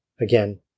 Again